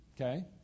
Okay